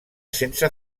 sense